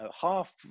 Half